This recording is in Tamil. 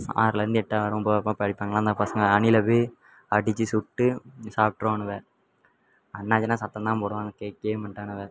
ஆறிலருந்து எட்டாம் வகுப்பு ஒம்பதாம் வகுப்பு படிப்பாங்கள்லே அந்த பசங்கள் அணிலேவே அடித்து சுட்டு சாப்பிட்ருவானுவ அண்ணாச்சியெல்லாம் சத்தம்தான் போடுவாங்க கேட்கயே மாட்டானுக